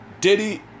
Diddy